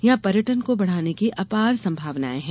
यहां पर्यटन को बढ़ाने की अपार संभावनायें हैं